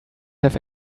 have